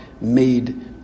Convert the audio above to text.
made